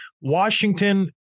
Washington